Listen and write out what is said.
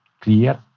clear